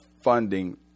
funding